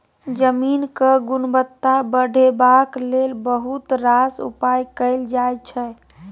जमीनक गुणवत्ता बढ़ेबाक लेल बहुत रास उपाय कएल जाइ छै